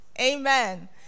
Amen